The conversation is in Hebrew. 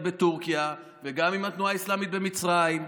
בטורקיה וגם עם התנועה האסלאמית במצרים,